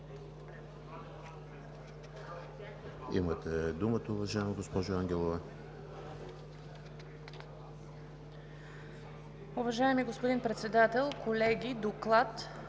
Имате думата, уважаема госпожо Ангелова.